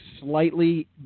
slightly